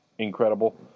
incredible